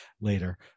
later